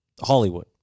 Hollywood